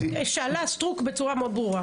חברת הכנסת סטרוק שאלה בצורה מאוד ברורה.